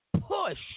push